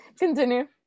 continue